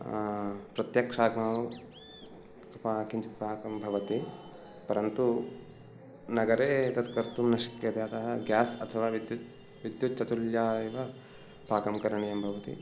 प्रत्यक्षाग्नौ किञ्चित् पाकं भवति परन्तु नगरे तत् कर्तुं न शक्यते अतः गेस् अथवा विद्युत् विद्युत् चुल्या एव पाकं करणीयं भवति